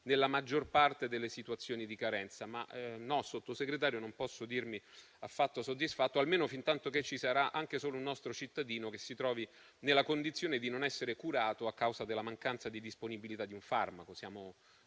nella maggior parte delle situazioni di carenza (cito le sue parole). No, Sottosegretario, non posso dirmi affatto soddisfatto, almeno fintanto che ci sarà anche solo un nostro cittadino che si trovi nella condizione di non essere curato a causa della mancanza di disponibilità di un farmaco.